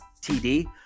TD